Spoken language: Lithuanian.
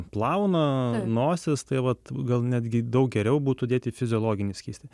plauna nosis tai vat gal netgi daug geriau būtų dėt į fiziologinį skystį